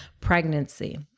pregnancy